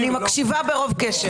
אני מקשיבה ברוב קשב.